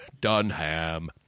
Dunham